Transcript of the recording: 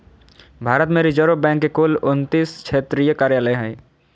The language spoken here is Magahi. भारत में रिज़र्व बैंक के कुल उन्तीस क्षेत्रीय कार्यालय हइ